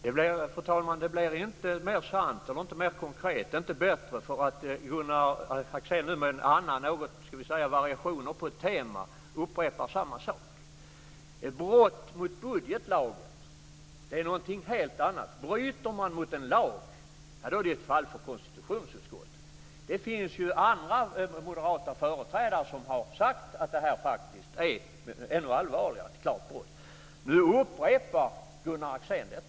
Fru talman! Det blir inte mer sant och inte mer konkret eller bättre för att Gunnar Axén nu med en annan variant - ska vi kalla det variationer på ett tema - upprepar samma sak. Brott mot budgetlagen är någonting helt annat. Bryter man mot en lag är det ett fall för konstitutionsutskottet. Det finns andra moderata företrädare som har sagt att detta faktiskt är ännu allvarligare - ett klart brott. Nu upprepar Gunnar Axén detta.